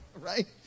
Right